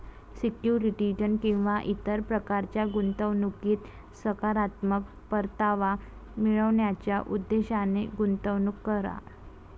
securities किंवा इतर प्रकारच्या गुंतवणुकीत सकारात्मक परतावा मिळवण्याच्या उद्देशाने गुंतवणूक करा